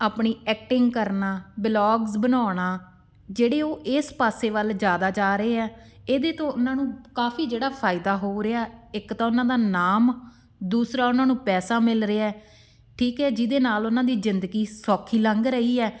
ਆਪਣੀ ਐਕਟਿੰਗ ਕਰਨਾ ਬਿਲੋਗਸ ਬਣਾਉਣਾ ਜਿਹੜੇ ਉਹ ਇਸ ਪਾਸੇ ਵੱਲ ਜ਼ਿਆਦਾ ਜਾ ਰਹੇ ਆ ਇਹਦੇ ਤੋਂ ਉਹਨਾਂ ਨੂੰ ਕਾਫੀ ਜਿਹੜਾ ਫਾਇਦਾ ਹੋ ਰਿਹਾ ਇੱਕ ਤਾਂ ਉਹਨਾਂ ਦਾ ਨਾਮ ਦੂਸਰਾ ਉਹਨਾਂ ਨੂੰ ਪੈਸਾ ਮਿਲ ਰਿਹਾ ਠੀਕ ਹੈ ਜਿਹਦੇ ਨਾਲ ਉਹਨਾਂ ਦੀ ਜ਼ਿੰਦਗੀ ਸੌਖੀ ਲੰਘ ਰਹੀ ਹੈ